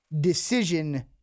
decision